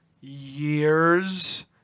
years